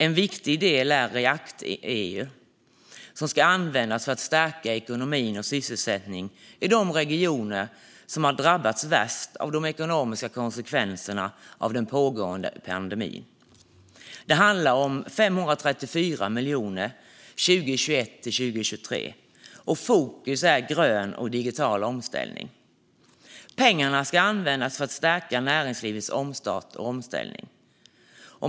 En viktig del är React-EU, som ska användas för att stärka ekonomin och sysselsättningen i de regioner som har drabbats värst av de ekonomiska konsekvenserna av den pågående pandemin. Det handlar om 534 miljoner under åren 2021-2023, och fokus är grön och digital omställning. Pengarna ska användas för att stärka näringslivets omstart och omställning.